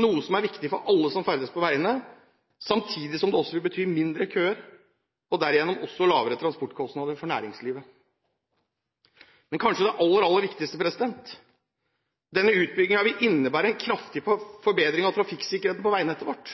noe som er viktig for alle som ferdes på veiene, samtidig som det vil bety mindre køer og derigjennom også lavere transportkostnader for næringslivet. Men, kanskje det aller, aller viktigste: Denne utbyggingen vil innebære en kraftig forbedring av trafikksikkerheten på veinettet vårt.